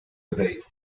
debate